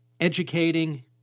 educating